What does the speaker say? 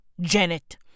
Janet